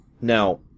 Now